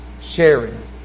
sharing